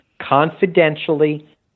confidentially